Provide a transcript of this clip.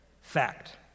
Fact